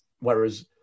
Whereas